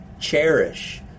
cherish